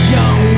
Young